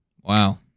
Wow